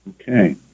Okay